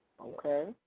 Okay